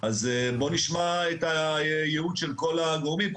אז בואו נשמע את הייעוץ של כל הגורמים.